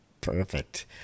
Perfect